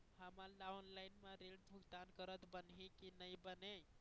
हमन ला ऑनलाइन म ऋण भुगतान करत बनही की नई बने?